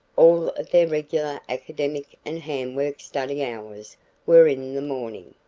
all of their regular academic and handwork study hours were in the morning.